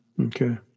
Okay